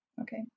okay